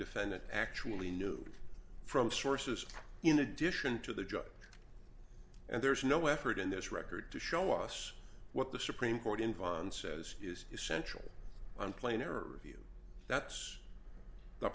defendant actually knew from sources in addition to the judge and there's no effort in this record to show us what the supreme court in vons says is essential on planar review that's the